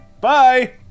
Bye